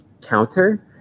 counter